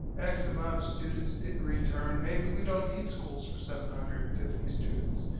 x amount of students didn't return. maybe we don't need schools for seven hundred and fifty students.